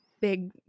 big